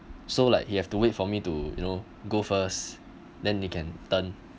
so like you have to wait for me to you know go first then you can turn